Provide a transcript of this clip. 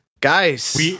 Guys